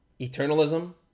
eternalism